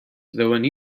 though